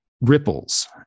ripples